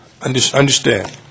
Understand